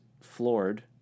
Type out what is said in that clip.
floored